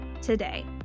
today